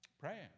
praying